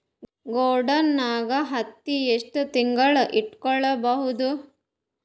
ಗೊಡಾನ ನಾಗ್ ಹತ್ತಿ ಎಷ್ಟು ತಿಂಗಳ ಇಟ್ಕೊ ಬಹುದು?